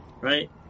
Right